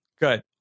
good